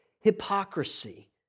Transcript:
hypocrisy